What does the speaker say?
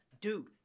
dude